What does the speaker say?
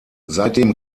seitdem